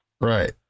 Right